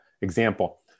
example